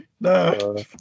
No